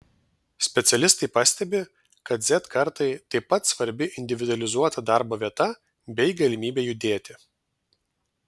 specialistai pastebi kad z kartai taip pat svarbi individualizuota darbo vieta bei galimybė judėti